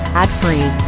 ad-free